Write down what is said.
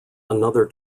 another